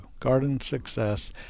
gardensuccess